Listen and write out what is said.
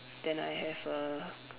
then I have a